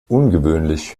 ungewöhnlich